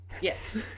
Yes